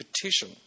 petition